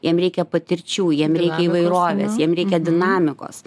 jiem reikia patirčių jiem reikia įvairovės jiem reikia dinamikos